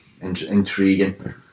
intriguing